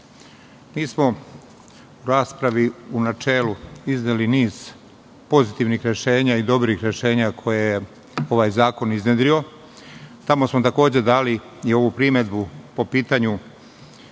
mi smo u raspravi u načelu izneli niz pozitivnih rešenja i dobrih rešenja koje je ovaj zakon iznedrio. Tamo smo takođe dali i ovu primedbu po pitanju